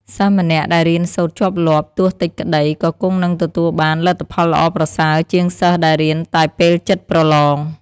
សិស្សម្នាក់ដែលរៀនសូត្រជាប់លាប់ ទោះតិចក្តី ក៏គង់នឹងទទួលបានលទ្ធផលល្អប្រសើរជាងសិស្សដែលរៀនតែពេលជិតប្រឡង។